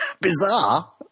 Bizarre